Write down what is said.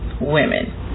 women